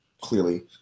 clearly